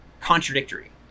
contradictory